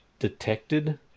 detected